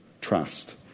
trust